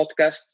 podcast